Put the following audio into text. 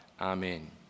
Amen